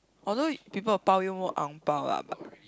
although people will 包 you more 红包:hongbao lah but